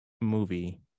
movie